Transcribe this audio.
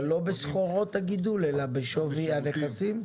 אבל לא בסחורות הגידול אלא בשווי הנכסים?